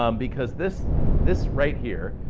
um because this this right here,